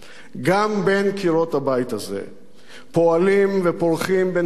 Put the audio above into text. גם בין קירות הבית הזה פועלים ופורחים בין כתליו,